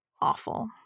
awful